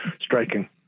striking